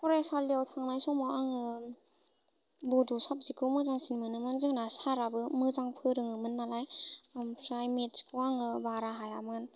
फरायसालियाव थांनाय समाव आङो बड' साबजेक्टखौ मोजांसिन मोनोमोन जोंना सारआबो मोजां फोरोङोमोन नालाइ ओमफ्राय मेथ्सखौ आङो बारा हायामोन